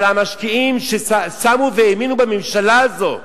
אבל המשקיעים, ששמו והאמינו בממשלה הזאת,